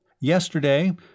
Yesterday